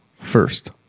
first